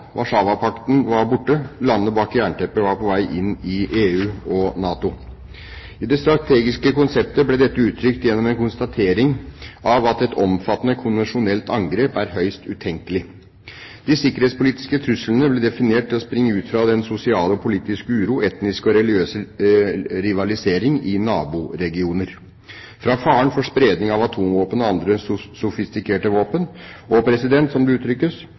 Warszawapakten var borte. Landene bak jernteppet var på vei inn i EU og NATO. I det strategiske konseptet ble dette uttrykt gjennom en konstatering av at et omfattende konvensjonelt angrep er høyst utenkelig. De sikkerhetspolitiske truslene ble definert til å springe ut fra sosial og politisk uro, etnisk og religiøs rivalisering i naboregioner, fra faren for spredning av atomvåpen og andre sofistikerte våpen og – som det uttrykkes